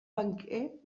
banquer